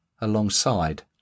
alongside